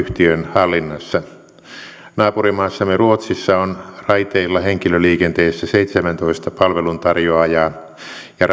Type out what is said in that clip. yhtiön hallinnassa naapurimaassamme ruotsissa on raiteilla henkilöliikenteessä seitsemäntoista palveluntarjoajaa ja